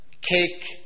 Cake